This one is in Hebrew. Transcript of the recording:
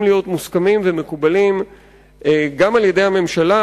להיות מוסכמים ומקובלים גם על-ידי הממשלה,